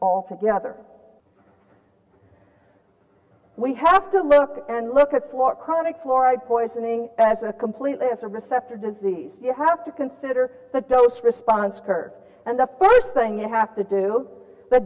altogether we have to look and look at for chronic fluoride poisoning as a completely as a receptor disease you have to consider the dose response curve and the first thing you have to do the